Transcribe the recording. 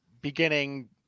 beginning